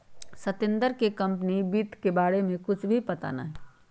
सत्येंद्र के कंपनी वित्त के बारे में कुछ भी पता ना हई